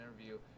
interview